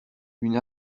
une